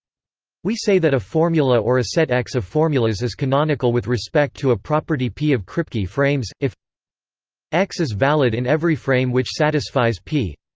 we say that a formula or a set x of formulas is canonical with respect to a property p of kripke frames, if x is valid in every frame which satisfies p,